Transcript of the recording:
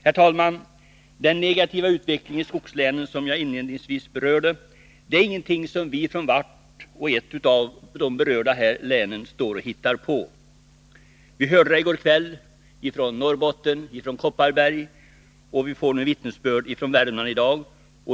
Herr talman! Den negativa utvecklingen i skogslänen, som jag inledningsvis berörde, är ingenting som vi från vart och ett av de berörda länen står och hittar på. I debatten i går kväll hörde vi vittnesbörd från Norrbotten och Kopparberg. I dag gäller det Värmland.